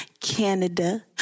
Canada